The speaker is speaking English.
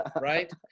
right